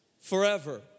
forever